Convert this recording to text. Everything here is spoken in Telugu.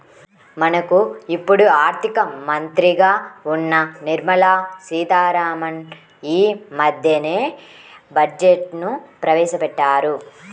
మనకు ఇప్పుడు ఆర్థిక మంత్రిగా ఉన్న నిర్మలా సీతారామన్ యీ మద్దెనే బడ్జెట్ను ప్రవేశపెట్టారు